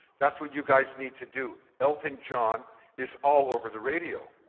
that's what you guys need to do, elton john is all over the radio.